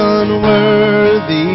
unworthy